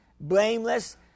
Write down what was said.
blameless